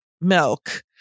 milk